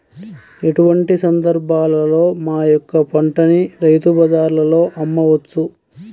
ఎటువంటి సందర్బాలలో మా యొక్క పంటని రైతు బజార్లలో అమ్మవచ్చు?